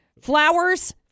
flowers